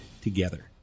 together